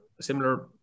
similar